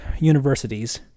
universities